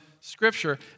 Scripture